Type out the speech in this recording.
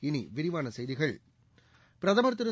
இனி விரிவான செய்திகள் பிரதமர் திரு